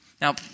Now